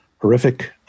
horrific